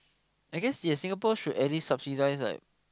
I guess yes Singapore should at least subsidise right